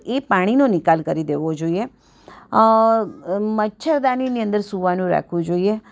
એ પાણીનો નિકાલ કરી દેવો જોઈએ મચ્છર દાનીની અંદર સૂવાનું રાખવું જોઈએ